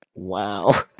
Wow